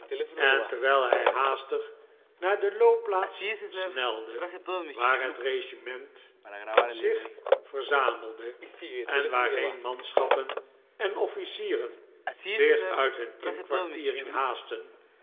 en terwijl hij haastig naar de loopplaats snelde waar het regiment zich ver zamelde en waarheen manschappen en officieren zich uit hun inkwartiering haastten